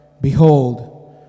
Behold